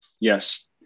Yes